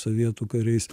sovietų kariais